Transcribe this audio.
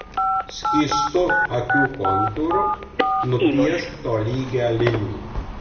skystu akių kontūru nupiešk tolygią liniją